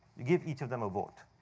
you give each of them a vote.